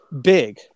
big